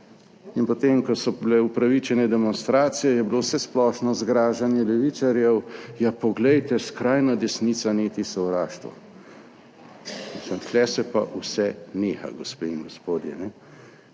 in potem, ko so bile upravičene demonstracije, je bilo vsesplošno zgražanje levičarjev, ja, poglejte, skrajna desnica neti sovraštvo. Mislim, tu se pa vse neha, gospe in gospodje.